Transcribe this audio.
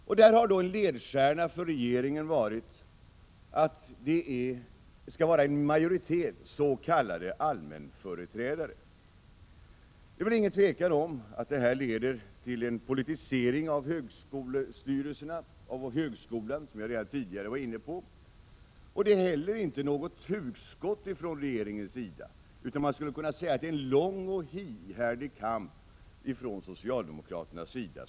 Här har en av regeringens ledstjärnor varit att det skall vara en majoritet av s.k. allmänföreträdare. Det är väl inget tvivel om att detta leder till en politisering av högskolestyrelserna och högskolan, vilket jag tidigare varit inne på. Det är inte heller något hugskott från regeringens sida, utan man skulle kunna säga att det här är fråga om en lång och ihärdig kamp från socialdemokraternas sida.